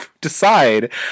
decide